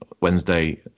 Wednesday